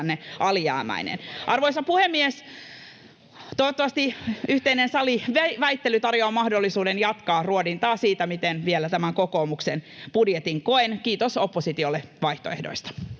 välihuuto] Arvoisa puhemies! Toivottavasti yhteinen saliväittely tarjoaa mahdollisuuden jatkaa ruodintaa vielä siitä, miten tämän kokoomuksen budjetin koen. Kiitos oppositiolle vaihtoehdoista.